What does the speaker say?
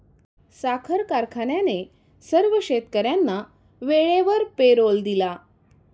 साखर कारखान्याने सर्व शेतकर्यांना वेळेवर पेरोल दिला